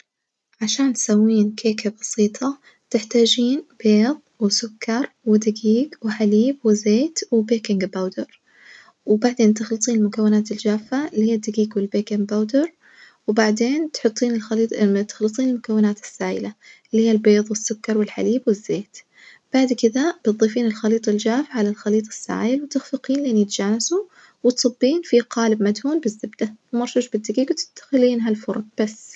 عشان تسوين كيكة بسيطة تحتاجين بيض وسكر ودجيج وحليب وزيت وبيكنج باودر وبعدين تخلطين المكونات الجافة الهي الدجيج والبيكنج باودر وبعدين تحطين الخليط تخلطين المكونات السايلة الهي البيض والسكر والحليب والزيت، بعد كدة بتضيفين الخليط الجاف على الخليط السّايل وتخفقين لين يتجانسوا، وتصبّين الخليط في قالب مدهون بالزبدة ومرشوش بالدجيج وتدخلينه الفرن بس.